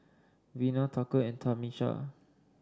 Vena Tucker and Tamisha